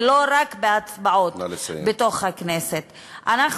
ולא רק בהצבעות בתוך הכנסת?